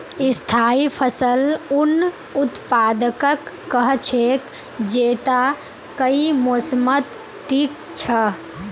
स्थाई फसल उन उत्पादकक कह छेक जैता कई मौसमत टिक छ